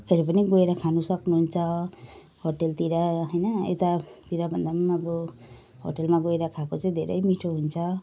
फेरि पनि गएर खानु सक्नुहुन्छ होटेलतिर हैन यतातिर भन्दा पनि अब होटेलमा गएर खाएको चाहिँ धेरै मिठो हुन्छ